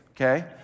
okay